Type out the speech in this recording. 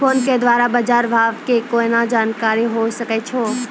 Phone के द्वारा बाज़ार भाव के केना जानकारी होय सकै छौ?